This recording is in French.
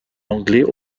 anglais